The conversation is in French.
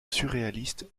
surréaliste